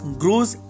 grows